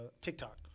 TikTok